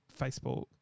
facebook